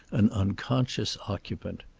an unconscious occupant.